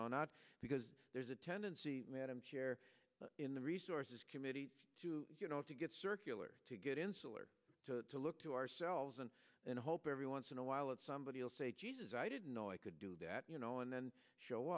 know not because there's a tendency madam chair in the resources committee to you know to get circular to get insular to look to ourselves and then hope every once in a while and somebody will say i didn't know i could do that you know and then show